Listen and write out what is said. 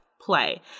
play